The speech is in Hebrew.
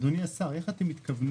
אדוני השר, איך אתם מתכוונים